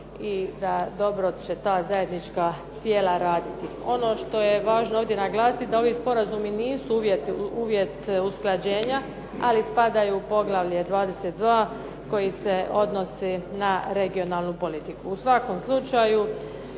i da dobro će ta zajednička tijela raditi. Ono što je važno ovdje naglasiti da ovi sporazumi nisu uvjet usklađenja, ali spadaju u poglavlje 22. koji se odnose na regionalnu politiku. U svakom slučaju